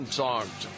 songs